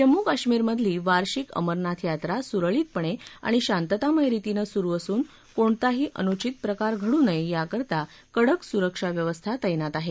जम्मू कश्मीरमधली वार्षिक अमरनाथ यात्रा सुरळीतपणे आणि शांततामय रीतीनं सुरु असून कोणताही अनुचित प्रकार घडू नये याकरता कडक सुरक्षाव्यवस्था तैनात आहे